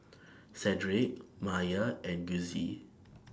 Cedric Maia and Gussie